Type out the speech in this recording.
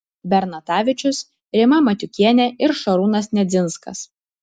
bernatavičius rima matiukienė ir šarūnas nedzinskas